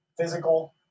physical